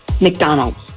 McDonald's